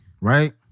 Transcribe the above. right